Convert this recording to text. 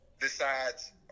decides